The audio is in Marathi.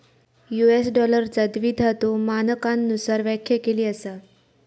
यू.एस डॉलरचा द्विधातु मानकांनुसार व्याख्या केली असा